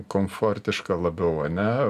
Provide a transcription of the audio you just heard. komfortiška labiau ane